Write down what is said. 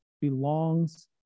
belongs